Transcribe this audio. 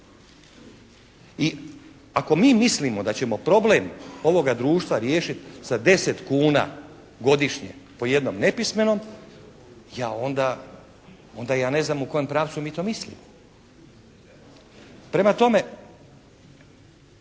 I ako mi mislimo da ćemo problem ovoga društva riješiti sa 10 kuna godišnje po jednom nepismenom ja onda, onda ja ne znam u kojem pravcu mi to mislimo. Prema tome